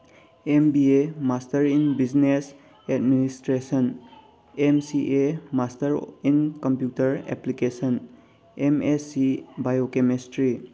M B A master in business administration M C A master in computer application M S C biochemistry